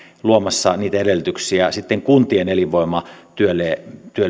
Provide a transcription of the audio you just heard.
luomassa niitä edellytyksiä kuntien elinvoimatyölle